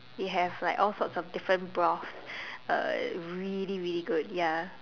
they have like all sort of different broths really really good ya